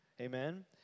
Amen